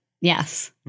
Yes